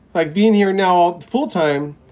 like, being here now full time,